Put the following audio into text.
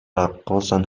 رقاصن